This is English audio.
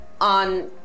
on